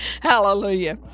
Hallelujah